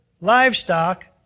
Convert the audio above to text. livestock